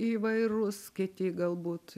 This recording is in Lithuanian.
įvairūs kiti galbūt